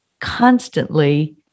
constantly